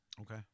Okay